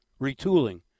retooling